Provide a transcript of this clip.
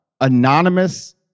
anonymous